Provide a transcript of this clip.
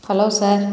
hello sir